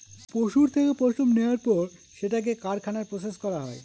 পশুর থেকে পশম নেওয়ার পর সেটাকে কারখানায় প্রসেস করা হয়